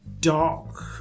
dark